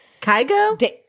Kygo